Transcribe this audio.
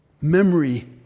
memory